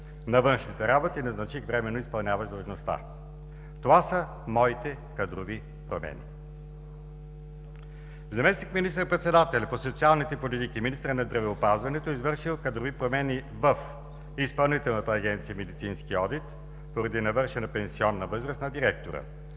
на външните работи и назначих временно изпълняващ длъжността. Това са моите кадрови промени. Заместник-министър председателят по социалните политики и министърът на здравеопазването е извършил кадрови промени в Изпълнителната агенция „Медицински одит“ поради навършена пенсионна възраст на директора